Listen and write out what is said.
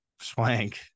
Swank